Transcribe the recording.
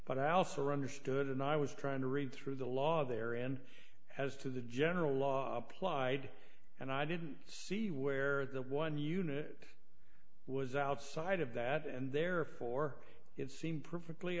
but i also understood and i was trying to read through the law there and as to the general law applied and i didn't see where that one unit was outside of that and therefore it seemed perfectly